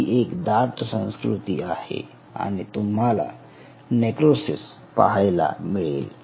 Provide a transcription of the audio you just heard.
ती एक दाट संस्कृती आहे आणि तुम्हाला नेक्रोसिस पाहायला मिळेल